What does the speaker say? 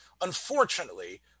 Unfortunately